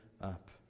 up